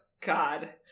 God